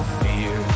fear